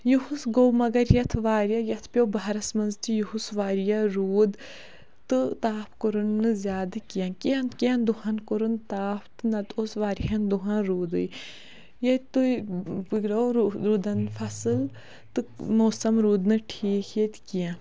یُہُس گوٚو مگر یَتھ واریاہ یَتھ پیٚوٚو بَہرَس منٛز تہِ یُہُس واریاہ روٗد تہٕ تاپھ کوٚرُن نہٕ زیادٕ کینٛہہ کینٛہہ کینٛہن دۄہَن کوٚرُن تاپھ تہٕ نہ تہٕ اوس واریاہَن دۄہَن روٗدٕے ییٚتہِ تُہۍ بِگڑوو روٗدَن فَصٕل تہٕ موسم روٗد نہٕ ٹھیٖک ییٚتہِ کینٛہہ